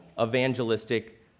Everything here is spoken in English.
evangelistic